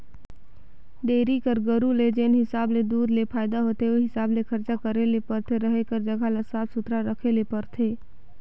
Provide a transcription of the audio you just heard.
dairy कर गाय गरू ले जेन हिसाब ले दूद ले फायदा होथे उहीं हिसाब ले खरचा करे बर परथे, रहें कर जघा ल साफ सुथरा रखे ले परथे